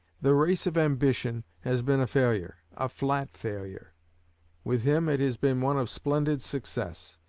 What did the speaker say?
the race of ambition has been a failure a flat failure with him, it has been one of splendid success.